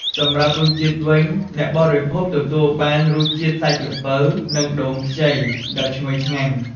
សម្រាប់រសជាតិវិញ អ្នកបរិភោគទទួលបានរសជាតិសាច់ល្ពៅ និងដូងខ្ចីដ៏ឈ្ងុយឆ្ងាញ់។